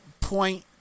point